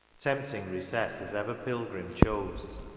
tempting recess as ever pilgrim chose,